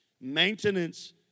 Maintenance